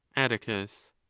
atticus.